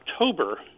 October